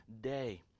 day